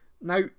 Now